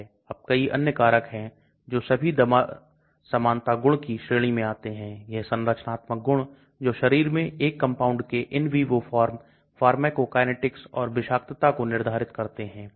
इसलिए समय निश्चित है उस समय के अंदर दवा को घुलनशील होना पड़ता है यही कारण है kinetic घुलनशीलता एक महत्वपूर्ण भूमिका निभाती है